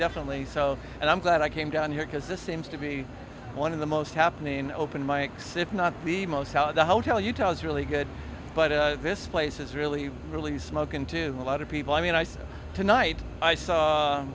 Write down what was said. definitely so and i'm glad i came down here because this seems to be one of the most happening open mics if not the most out of the hotel utah is really good but this place is really really smoking to a lot of people i mean i saw tonight i saw